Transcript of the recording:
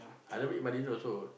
I never eat my dinner also